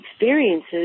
experiences